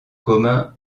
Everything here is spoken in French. commun